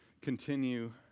continue